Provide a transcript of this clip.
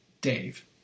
Dave